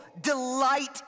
delight